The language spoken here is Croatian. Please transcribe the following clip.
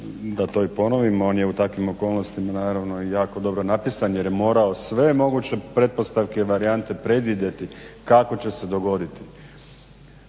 da to i ponovim on je u takvim okolnostima naravno i jako dobro napisan jer je morao sve moguće pretpostavke i varijante predvidjeti kako će se dogoditi.